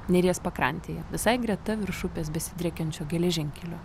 neries pakrantėje visai greta virš upės besidriekiančio geležinkelio